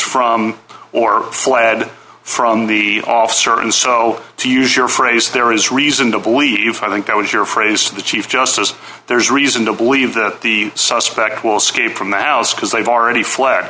from or fled from the officer and so to use your phrase there is reason to believe i think i was your phrase to the chief justice there is reason to believe that the suspect will scape from the house because they've already fl